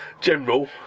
General